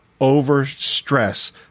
overstress